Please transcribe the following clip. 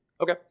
Okay